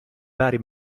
vari